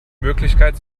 möglichkeit